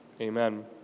Amen